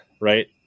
right